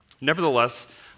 Nevertheless